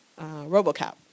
Robocop